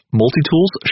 multi-tools